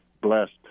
blessed